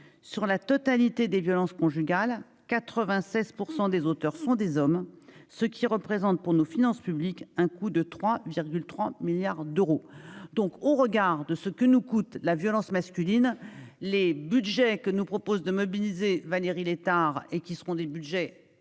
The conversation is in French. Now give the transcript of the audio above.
Sur la totalité des violences conjugales, 96 % des auteurs sont des hommes. Cela représente, pour nos finances publiques, un coût de 3,3 milliards d'euros par an. Au regard de ce que nous coûte la violence masculine, le budget que nous propose de mobiliser Valérie Létard est bien minuscule,